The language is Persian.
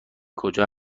کجا